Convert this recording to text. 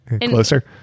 Closer